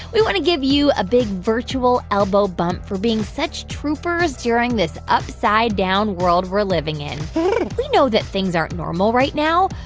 we want to give you a big virtual elbow bump for being such troopers during this upside-down world we're living in we know that things aren't normal right now,